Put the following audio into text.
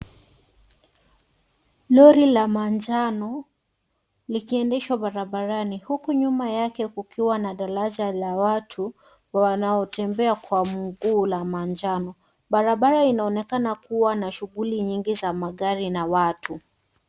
Lori la manjano likiendeshwa barabarani, huku nyuma yake kukiwa na daraja la watu wanaotembea kwa mguu la manjano. Barabara inaonekana kuwa na shughuli nyingi za magari na watu.